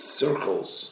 circles